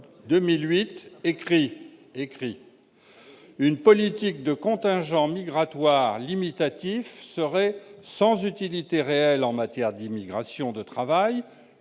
:« Une politique de contingents migratoires limitatifs serait sans utilité réelle en matière d'immigration de travail,